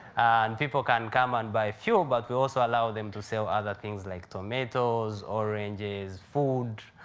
people can come and buy fuel, but we also allow them to sell other things like tomatoes, oranges, food,